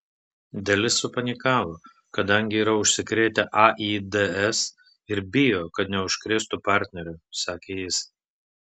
dalis supanikavo kadangi yra užsikrėtę aids ir bijo kad neužkrėstų partnerio sakė jis